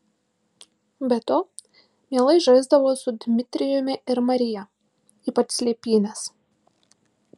be to mielai žaisdavo su dmitrijumi ir marija ypač slėpynes